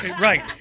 Right